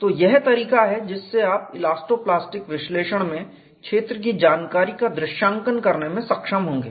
तो यह तरीका है जिससे आप इलास्टो प्लास्टिक विश्लेषण में क्षेत्र की जानकारी का दृश्यांकन करने में सक्षम होंगे